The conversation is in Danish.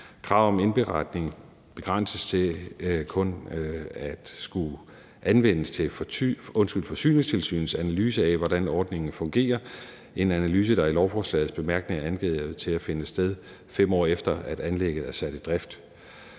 kravet om indberetning begrænses til kun at skulle anvendes til Forsyningstilsynets analyse af, hvordan ordningen fungerer, en analyse, der i lovforslagets bemærkninger er angivet til at finde sted, 5 år efter at anlægget er sat i drift.